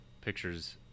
pictures